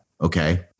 Okay